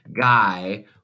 guy